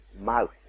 mouth